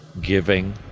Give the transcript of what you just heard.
giving